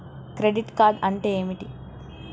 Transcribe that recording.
Credit card అంటే ఏమిటి?